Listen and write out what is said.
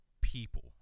people